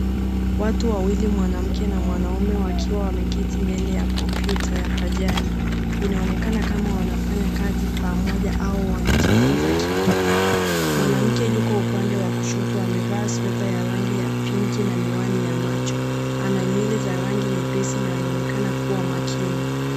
Watu wawili mwanaume na mwanamke, wakiwa wameketi mbele ya komputa ya pajani. Inaonekana kama wanafanya kazi pamoja au wanajifunza kitu. Mwanamke yuko upande wa kushoto amevaa Sweta ya rangi ya pinki na miwani ya macho .Ana nywele za rangi nyepesi na anaonekana kuwa makini.